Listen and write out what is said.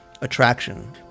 attraction